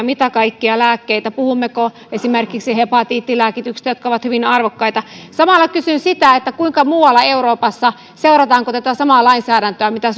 mitä kaikkia lääkkeitä puhummeko esimerkiksi hepatiittilääkkeistä jotka ovat hyvin arvokkaita samalla kysyn kuinka on muualla euroopassa seurataanko tätä samaa lainsäädäntöä mitä